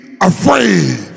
afraid